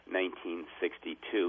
1962